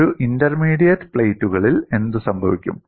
ഒരു ഇന്റർമീഡിയറ്റ് പ്ലേറ്റുകളിൽ എന്ത് സംഭവിക്കും